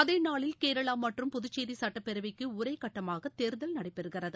அதே நாளில் கேரளா மற்றும் புதுச்சேரி சட்டப்பேரவைக்கு ஒரே கட்டமாக தேர்தல் நடைபெறுகிறது